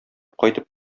кайтып